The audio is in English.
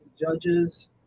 Judges